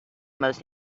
most